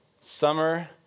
summer